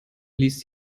ließ